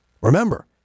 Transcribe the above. Remember